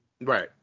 Right